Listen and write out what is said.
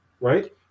right